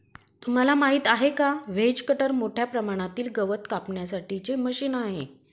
तुम्हाला माहिती आहे का? व्हेज कटर मोठ्या प्रमाणातील गवत कापण्यासाठी चे मशीन आहे